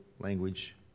language